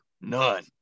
None